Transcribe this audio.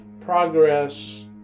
progress